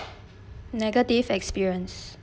negative experience